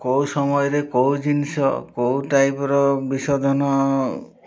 କେଉଁ ସମୟରେ କେଉଁ ଜିନିଷ କେଉଁ ଟାଇପ୍ର ବିଶୋଧନ